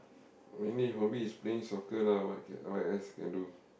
mainly hobby is playing soccer lah what what else can do